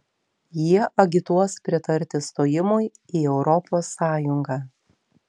jie agituos pritarti stojimui į europos sąjungą